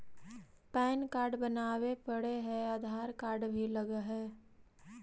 Pan card बनावे पडय है आधार कार्ड भी लगहै?